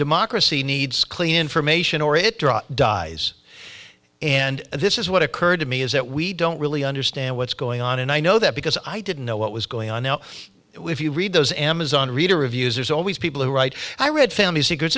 democracy needs clean information or it dies and this is what occurred to me is that we don't really understand what's going on and i know that because i didn't know what was going on now if you read those amazon reader reviews there's always people who write i read family secrets